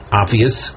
obvious